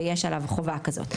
ויש עליו חובה כזאת.